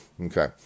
Okay